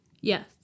Yes